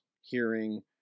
hearing